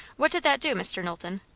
what did that do, mr. knowlton?